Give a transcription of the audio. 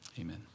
amen